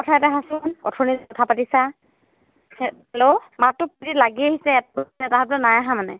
কথা এটা অথনিযে কথা পাতিছা হেল্ল' মাতটো লাগি আহিছে শব্দ নাই আহা মানে